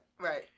right